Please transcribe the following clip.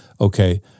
okay